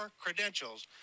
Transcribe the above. credentials